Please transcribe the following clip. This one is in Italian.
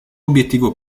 obiettivo